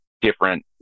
different